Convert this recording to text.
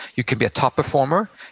you can be a top performer,